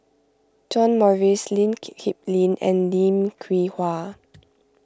John Morrice Lee Kip Lin and Lim Hwee Hua